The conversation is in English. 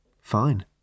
Fine